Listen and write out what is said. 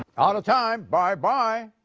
out of time, bye-bye.